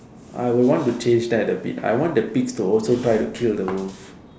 I will want to change that a bit I want the pigs to also try to kill the wolf